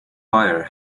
fire